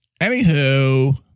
anywho